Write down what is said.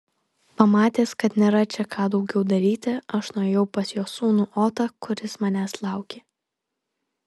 pamatęs kad nėra čia ką daugiau daryti aš nuėjau pas jo sūnų otą kuris manęs laukė